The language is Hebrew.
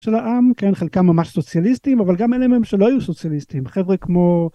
של העם כן חלקם ממש סוציאליסטים אבל גם אלה מהם שלא היו סוציאליסטים חבר׳ה כמו...